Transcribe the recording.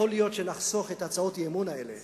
יכול להיות שנחסוך את הצעות האי-אמון האלה